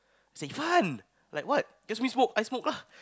say fun like what you ask me smoke I smoke lah